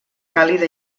càlida